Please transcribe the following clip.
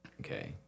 okay